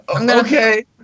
Okay